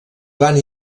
van